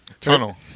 tunnel